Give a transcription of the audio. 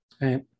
Right